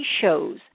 Shows